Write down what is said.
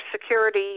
security